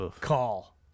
Call